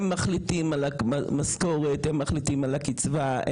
הם מחליטים על המשכורת, הם מחליטים על הקצבה,